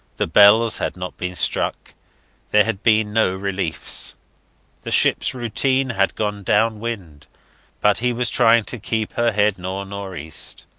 the bells had not been struck there had been no reliefs the ships routine had gone down wind but he was trying to keep her head north-north-east.